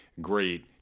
great